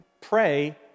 pray